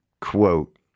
quote